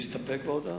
להסתפק בהודעה.